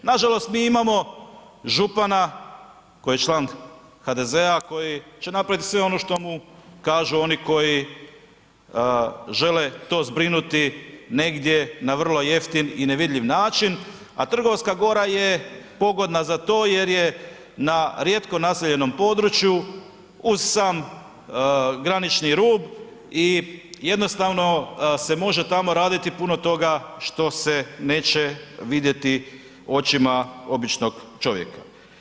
Nažalost mi imamo župana koji je član HDZ-a koji će napraviti sve ono što mu kažu oni koji žele to zbrinuti negdje na vrlo jeftin i nevidljiv način, a Trgovska Gora je pogodna za to jer je na rijetko naseljenom području uz sam granični rub i jednostavno se može tamo raditi puno toga što se neće vidjeti očima običnog čovjeka.